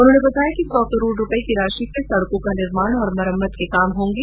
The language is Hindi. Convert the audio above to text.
उन्होंने बताया कि सौ करोड रूपये की राशि से सड़कों का निर्माण और मरम्मत कार्य होंगे